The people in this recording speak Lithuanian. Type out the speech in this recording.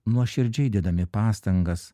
nuoširdžiai dėdami pastangas